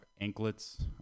anklets